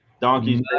donkeys